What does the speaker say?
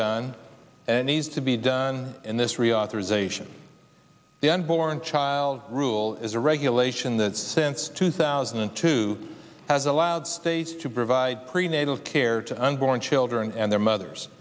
done and needs to be done in this reauthorization the unborn child rule is a regulation that since two thousand and two has allowed states to provide prenatal care to unborn children and their mothers